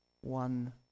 one